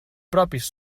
propis